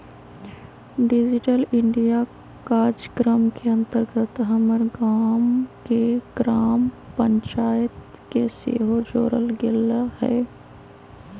digital India काजक्रम के अंतर्गत हमर गाम के ग्राम पञ्चाइत के सेहो जोड़ल गेल हइ